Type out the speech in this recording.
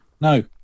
no